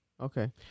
Okay